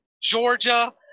Georgia